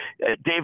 David